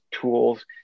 tools